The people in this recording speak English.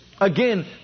Again